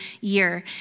year